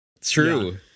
True